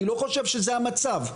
אני לא חושב שזה המצב.